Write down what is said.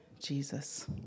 Jesus